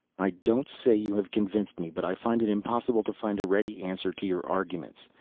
i don't say you have convinced me, but i find it impossible to find a ready answer to your arguments.